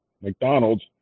McDonald's